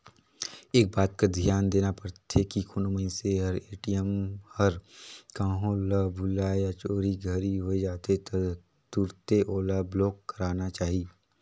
एक बात कर धियान देना परथे की कोनो मइनसे हर ए.टी.एम हर कहों ल भूलाए या चोरी घरी होए जाथे त तुरते ओला ब्लॉक कराना चाही